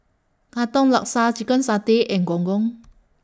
Katong Laksa Chicken Satay and Gong Gong